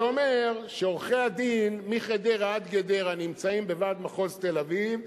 זה אומר שעורכי-הדין מחדרה עד גדרה נמצאים בוועד מחוז תל-אביב,